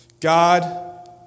God